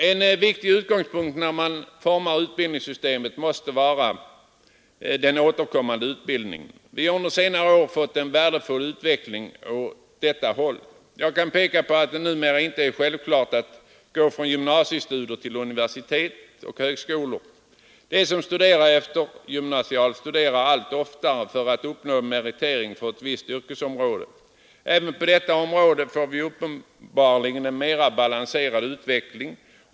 En viktig utgångspunkt när man formar utbildningssystemet måste vara den återkommande utbildningen. Vi har under senare år fått en värdefull utveckling åt detta håll. Jag kan peka på att det numera inte är självklart att gå från gymnasiestudier till universitet och högskolor för att endast uppnå viss examen. De som studerar eftergymnasialt studerar allt oftare för att uppnå en meritering för ett visst yrkesområde. Även på det akademiska området får vi uppenbarligen en mera balanserad utveckling.